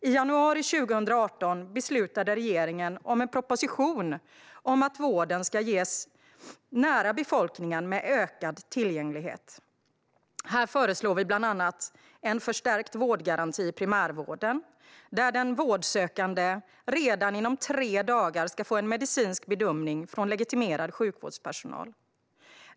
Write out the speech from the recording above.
I januari 2018 beslutade regeringen om en proposition om att vården ska ges nära befolkningen med ökad tillgänglighet. Här föreslår vi bland annat en förstärkt vårdgaranti i primärvården, där den vårdsökande redan inom tre dagar ska få en medicinsk bedömning av legitimerad sjukvårdspersonal.